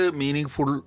meaningful